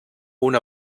una